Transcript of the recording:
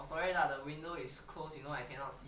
sorry lah the window is closed you know I cannot see